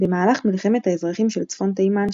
במהלך מלחמת האזרחים של צפון תימן,